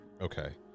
Okay